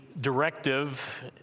directive